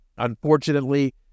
Unfortunately